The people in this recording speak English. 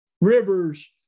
rivers